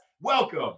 welcome